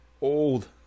old